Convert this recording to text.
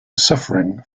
suffering